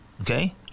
Okay